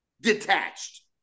detached